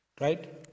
right